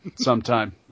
sometime